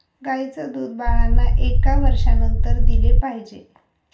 गाईचं दूध बाळांना एका वर्षानंतर दिले पाहिजे